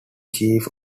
chief